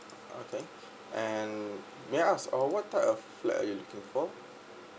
okay and may I ask oo what type of flat are you looking for